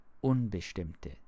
Unbestimmte